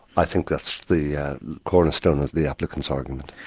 i think that's the cornerstone of the applicant's argument.